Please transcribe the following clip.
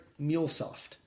MuleSoft